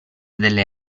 delle